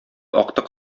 актык